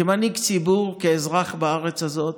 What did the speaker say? כמנהיג ציבור, כאזרח בארץ הזאת,